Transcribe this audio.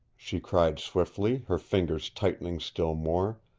she cried swiftly, her fingers tightening still more.